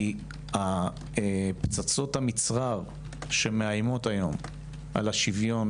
כי פצצות המצרר שמאיימות היום על השוויון